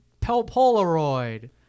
Polaroid